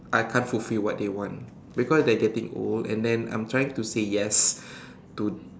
I can't fulfil what they want because they are getting old and then I'm trying to say yes to